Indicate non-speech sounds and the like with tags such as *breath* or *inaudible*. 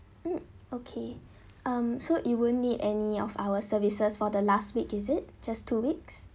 mm okay *breath* um so you won't need any of our services for the last week is it just two weeks